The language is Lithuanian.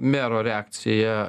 mero reakcija